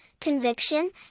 conviction